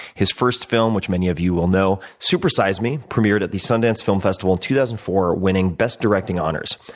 his first film, which many of you will know, super size me, premiered at the sundance film festival in two thousand and four winning best directing honors.